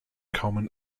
common